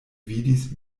vidis